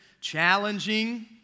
Challenging